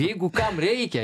jeigu kam reikia